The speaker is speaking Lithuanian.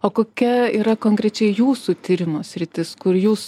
o kokia yra konkrečiai jūsų tyrimo sritis kur jūs